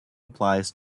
applies